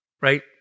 right